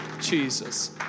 Jesus